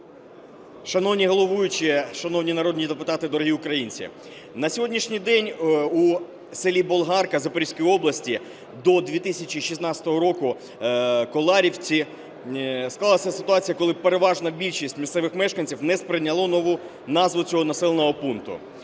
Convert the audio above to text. Шановний головуючий, шановні народні депутати, дорогі українці! На сьогоднішній день у селі Болгарка Запорізької області до 2016 року в Коларівці склалася ситуація, коли переважна більшість місцевих мешканців не сприйняли нову назву цього населеного пункту.